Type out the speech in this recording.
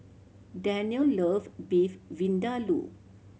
Danielle love Beef Vindaloo